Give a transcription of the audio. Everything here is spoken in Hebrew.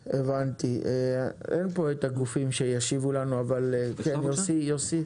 הבנתי, אין פה את הגופים שישיבו לנו, אבל כן יוסי.